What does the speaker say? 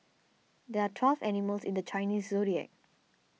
there are twelve animals in the Chinese zodiac